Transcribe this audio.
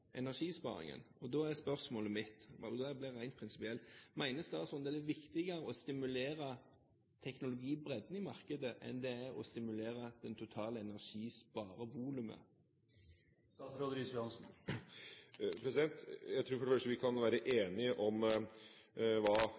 energisparingen. Da er spørsmålet mitt – og det blir rent prinsipielt: Mener statsråden det er viktigere å stimulere teknologibredden i markedet enn det er å stimulere det totale energisparevolumet? Jeg tror for det første vi kan være enige om hva